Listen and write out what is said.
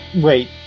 wait